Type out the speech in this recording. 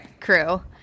crew